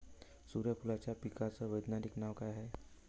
सुर्यफूलाच्या पिकाचं वैज्ञानिक नाव काय हाये?